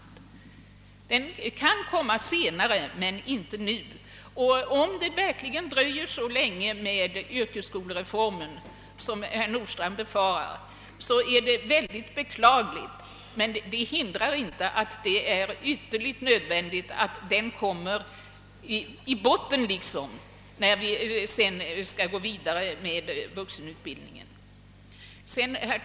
En sådan kommitté kan tillsättas senare men inte nu. Om yrkesskolereformen verkligen dröjer så länge som herr Nordstrandh befarar så är det mycket beklagligt, men det hindrar inte att det är ytterligt önskvärt att den ligger i botten när vi sedan skall fortsätta med vuxenutbildningen. Herr talman!